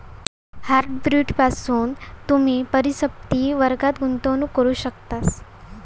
hybrid पासून तुम्ही परिसंपत्ति वर्गात गुंतवणूक करू शकतास